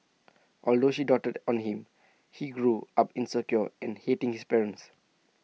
although she doted on him he grew up insecure and hating his parents